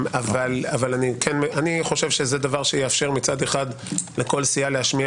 אני חושב שזה דבר שיאפשר מצד אחד לכל סיעה להשמיע